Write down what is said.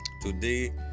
today